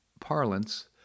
parlance